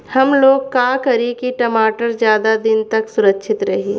हमलोग का करी की टमाटर ज्यादा दिन तक सुरक्षित रही?